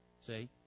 See